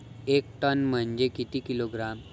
एक टन म्हनजे किती किलोग्रॅम?